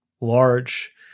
large